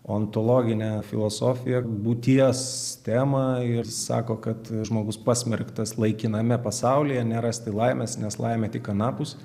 ontologinę filosofiją būties temą ir sako kad žmogus pasmerktas laikiname pasaulyje nerasti laimės nes laimė tik anapus